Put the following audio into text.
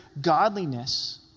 godliness